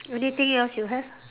anything else you have